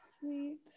Sweet